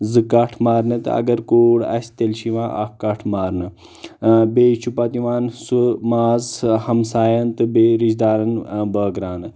زٕ کٹھ مارنہٕ تہٕ اگر کوٗر آسہِ تیٚلہِ چھِ یِوان اکھ کٹھ مارنہٕ بیٚیہِ چھُ پتہٕ یِوان سُہ ماز ہمساین تہٕ بیٚیہِ رشتہٕ دارن بٲگراونہٕ